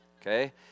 Okay